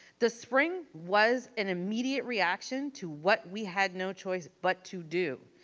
the spring was an immediate reaction to what we had no choice, but to do.